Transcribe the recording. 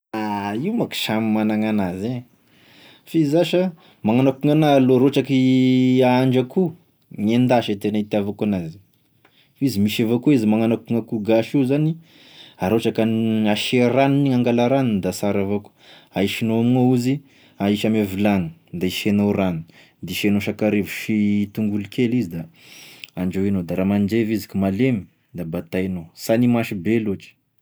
Io manko samy magnan'anazy e, f'izy zasha, magnano akoa gn'anahy aloha r'ohatra k' ahandro akoho, gn'endasy e tena itiavako anazy, izy misy avao koa izy magnano akoa gn'akoho gasy io zany, raha ohatra ka asia ranogny igny angala ranony da sara avao koa, ahisinao amign'ao izy ahisy ame vilany, de hisinao rano, da hisinao sakarivo sy tongolo kely izy da andrahoignao, da raha mandevy izy ka malemy da bataignao, sany masy be loatry.